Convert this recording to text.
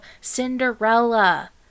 Cinderella